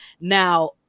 Now